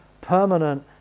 permanent